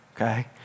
Okay